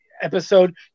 episode